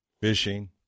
fishing